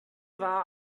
war